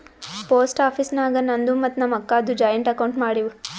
post office ನಾಗ್ ನಂದು ಮತ್ತ ನಮ್ ಅಕ್ಕಾದು ಜಾಯಿಂಟ್ ಅಕೌಂಟ್ ಮಾಡಿವ್